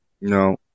No